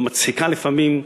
גם מצחיקה לפעמים,